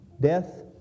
Death